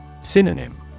Synonym